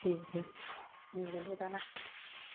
बिदि दाना